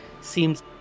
seems